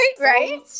Right